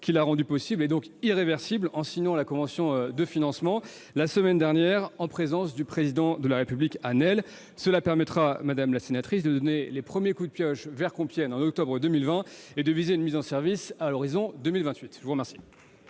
qui l'a rendu possible et donc irréversible, en signant la convention de financement, la semaine dernière, en présence du Président de la République, à Nesle. Cela permettra de donner les premiers coups de pioche vers Compiègne en octobre 2020 et de viser une mise en service à l'horizon de 2028. Nous en